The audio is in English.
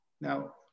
Now